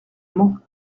mans